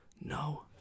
No